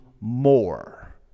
more